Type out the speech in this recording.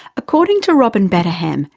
according to robin batterham,